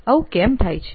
આવું કેમ થાય છે